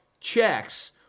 checks